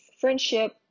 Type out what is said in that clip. friendship